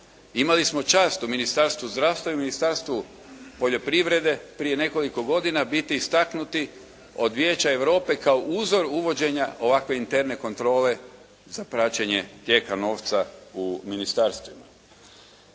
Imali smo čast u ministarstvu zdravstva i ministarstvu poljoprivrede prije nekoliko godina biti istaknuti od Vijeća Europe kao uzor uvođenja ovakve interne kontrole za praćenje tijeka novca u ministarstvima.